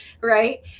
Right